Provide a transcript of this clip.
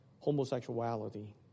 Homosexuality